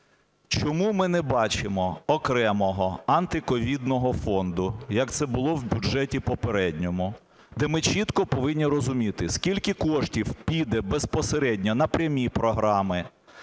чому ми не бачимо окремого антиковідного фонду, як це було в бюджеті попередньому, де ми чітко повинні розуміти, скільки коштів піде безпосередньо на прямі програми,